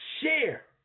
share